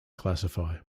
classify